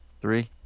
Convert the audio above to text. Three